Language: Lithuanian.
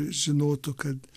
žinotų kad